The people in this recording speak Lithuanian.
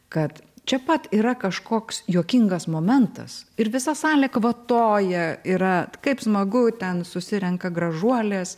kad čia pat yra kažkoks juokingas momentas ir visa salė kvatoja yra kaip smagu ten susirenka gražuolės